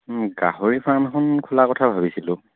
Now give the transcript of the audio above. গাহৰি ফাৰ্ম এখন খোলা কথা ভাবিছিলোঁ